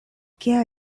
kia